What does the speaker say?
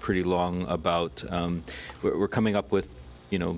pretty long about we're coming up with you know